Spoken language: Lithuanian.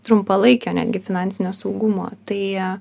trumpalaikio netgi finansinio saugumo tai